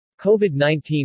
COVID-19